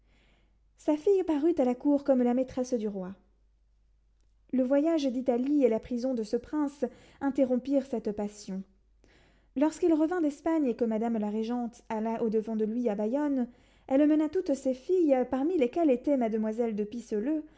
sa fille parut à la cour comme la maîtresse du roi le voyage d'italie et la prison de ce prince interrompirent cette passion lorsqu'il revint d'espagne et que mademoiselle la régente alla au-devant de lui à bayonne elle mena toutes ses filles parmi lesquelles était mademoiselle de